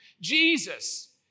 Jesus